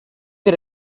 get